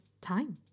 time